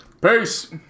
Peace